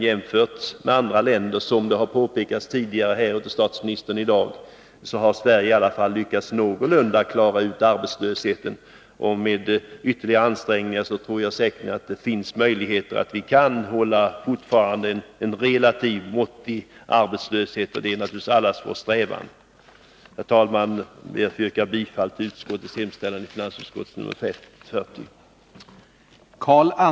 Jämfört med andra länder har Sverige — vilket tidigare har påpekats av statsministern — i alla fall lyckats någorlunda med att klara arbetslösheten. Jag är säker på att vi med ytterligare ansträngningar har möjligheter att hålla nere arbetslösheten på en relativt måttlig nivå, och det är naturligtvis allas vår strävan. Herr talman! Jag ber att få yrka bifall till utskottets hemställan.